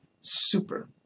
super